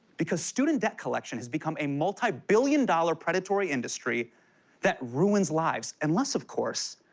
because student debt collection has become a multi-billion-dollar predatory industry that ruins lives. unless, of course,